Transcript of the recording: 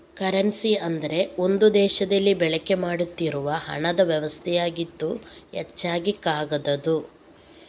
currency ಅಂದ್ರೆ ಒಂದು ದೇಶದಲ್ಲಿ ಬಳಕೆ ಮಾಡ್ತಿರುವ ಹಣದ ವ್ಯವಸ್ಥೆಯಾಗಿದ್ದು ಹೆಚ್ಚಾಗಿ ಕಾಗದದ್ದು